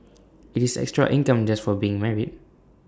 IT is extra income just for being married